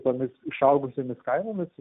tomis išaugusiomis kainomis